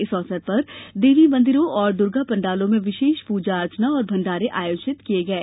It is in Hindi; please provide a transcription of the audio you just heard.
इस अवसर पर देवी मंदिरों और दूर्गा पंडालों में विशेष प्रजा और भण्डारे आयोजित किये गये